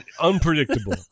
unpredictable